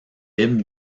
libres